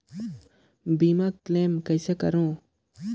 बीमा क्लेम कइसे करों?